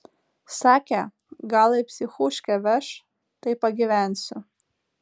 sakė gal į psichuškę veš tai pagyvensiu